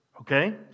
Okay